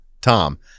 Tom